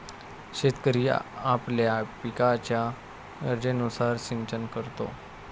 शेतकरी आपल्या पिकाच्या गरजेनुसार सिंचन करतो